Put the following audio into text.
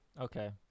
okay